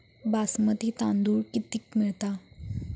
बासमती तांदूळ कितीक मिळता?